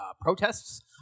protests